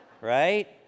right